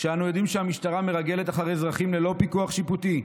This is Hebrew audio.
כשאנו יודעים שהמשטרה מרגלת אחרי האזרחים ללא פיקוח שיפוטי,